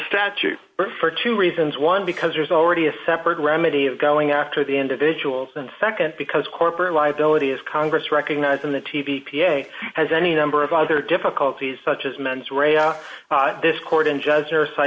statute for two reasons one because there's already a separate remedy of going after the individuals and nd because corporate liability is congress recognizing the t v p a has any number of other difficulties such as mens rea this